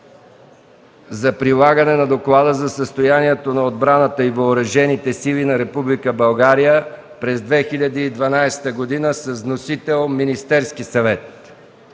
за приемане на Доклада за състоянието на отбраната и Въоръжените сили на Република България през 2012 г. с вносител Министерския съвет.